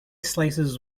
slices